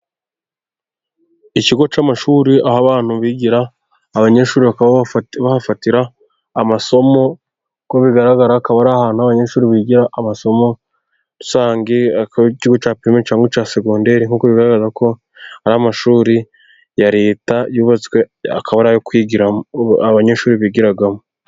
Ikigo cy'amashuri，aho abantu bigira， abanyeshuri bakaba bahafatira amasomo， uko bigaragara akaba ari ahantu abanyeshuri bigira amasomo rusange，akaba ari ikigo cya segondere， nk'uko bigaragara ko ari amashuri ya Leta， yubatswe akaba ari ayo abanyeshuri bigiramo.